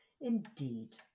Indeed